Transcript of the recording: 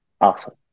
awesome